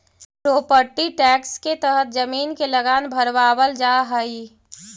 property tax के तहत जमीन के लगान भरवावल जा हई